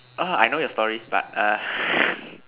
orh I know your story but err